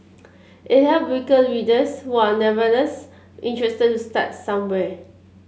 it helps weaker readers who are nevertheless interested to start somewhere